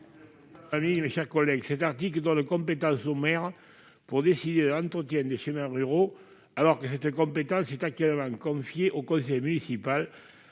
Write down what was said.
Cet article tend à donner compétence au maire pour décider de l'entretien des chemins ruraux, alors que cette compétence est actuellement confiée au conseil municipal